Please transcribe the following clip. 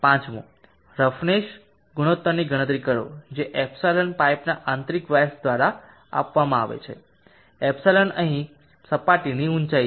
પાંચમું રફનેસ ગુણોત્તરની ગણતરી કરો જે ε પાઇપના આંતરિક વ્યાસ દ્વારા આપવામાં આવે છે ε અહીં સપાટીની ઊંચાઇ છે